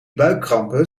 buikkrampen